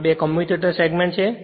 આ બે આ કમ્યુટેટર સેગમેન્ટ છે